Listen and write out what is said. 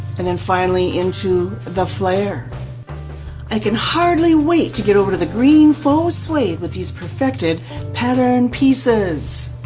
and then finally into the flare i can hardly wait to get over to the green faux suede with these perfected pattern pieces!